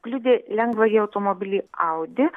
kliudė lengvąjį automobilį audi